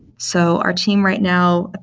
so our team right now,